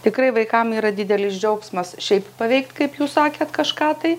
tikrai vaikam yra didelis džiaugsmas šiaip paveikt kaip jūs sakėt kažką tai